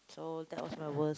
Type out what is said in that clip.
so that was my worst